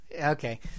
Okay